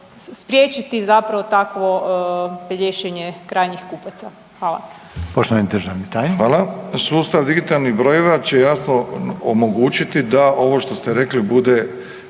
spriječiti zapravo takvo pelješenje krajnjih kupaca. Hvala.